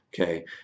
okay